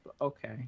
Okay